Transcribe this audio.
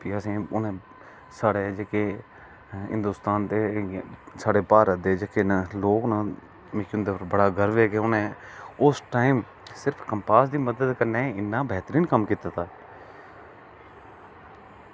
ते भी असें ई उनें साढ़े जेह्के हिंदोस्तान दे साढ़े भारत दे जेह्के लोग न मिगी उंदे पर बड़ा गर्व ऐ कि उनें उस टाईम सिर्फ कम्पास दी मदद कन्नै इन्ना बेहतरीन कम्म कीते दा